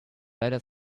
letter